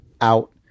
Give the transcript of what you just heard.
out